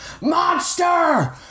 Monster